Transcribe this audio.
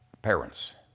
parents